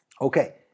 Okay